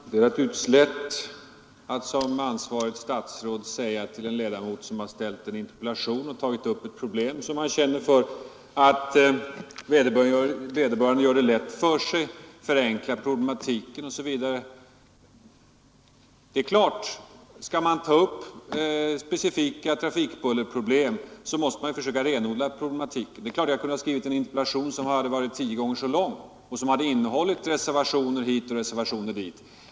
Herr talman! Det är naturligtvis lätt att som ansvarigt statsråd säga till en ledamot som i en interpellation har tagit upp ett problem som han känner för, att vederbörande gör det lätt för sig, att han förenklar problematiken osv. Skall man ta upp specifika trafikbullerproblem måste man naturligtvis renodla problematiken. Det är klart att jag kunde ha skrivit en interpellation som hade varit tio gånger så lång och som hade innehållit reservationer hit och reservationer dit.